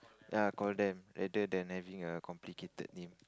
ya call them rather than having a complicated name